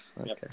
Okay